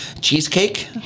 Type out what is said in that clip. cheesecake